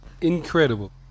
Incredible